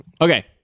Okay